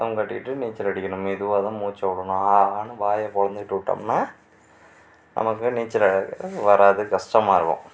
தம் கட்டிக்கிட்டு நீச்சல் அடிக்கணும் மெதுவாகதான் மூச்சை விடணும் ஆ ஆன்னு வாயை பிளந்துக்கிட்டு விட்டம்னா நமக்கு நீச்சல் அடிக்க வராது கஷ்டமாக இருக்கும்